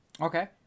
Okay